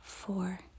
Four